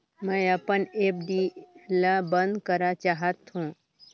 मैं अपन एफ.डी ल बंद करा चाहत हों